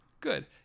Good